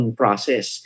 process